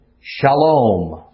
shalom